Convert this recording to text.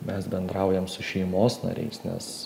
mes bendraujam su šeimos nariais nes